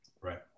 Right